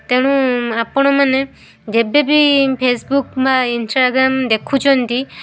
ତେଣୁ ଆପଣମାନେ ଯେବେ ବି ଫେସବୁକ୍ ବା ଇନଷ୍ଟାଗ୍ରାମ୍ ଦେଖୁଛନ୍ତି